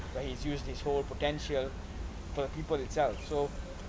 but he's used his whole potential for people to tell so